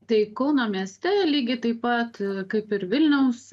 tai kauno mieste lygiai taip pat kaip ir vilniaus